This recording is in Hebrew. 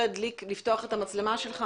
אני עוד זוכר את הפגישה אצלנו.